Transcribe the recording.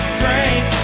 drink